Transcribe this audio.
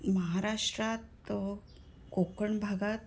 महाराष्ट्रात कोकण भागात